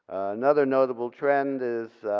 another notable trend is